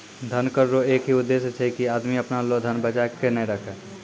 धन कर रो एक ही उद्देस छै की आदमी अपना लो धन बचाय के नै राखै